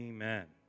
Amen